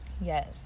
yes